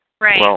Right